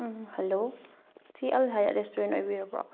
hello ꯁꯤ ꯑꯜꯍꯌꯥꯠ restaurant ꯑꯣꯏꯕꯤꯔꯕꯣ